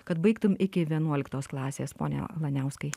kad baigtum iki vienuoliktos klasės pone laniauskai